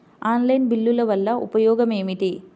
Online బిల్లుల వల్ల ఉపయోగమేమిటీ?